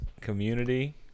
Community